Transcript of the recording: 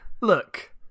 Look